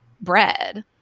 bread